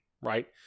right